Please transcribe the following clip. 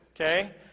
okay